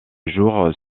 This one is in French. jour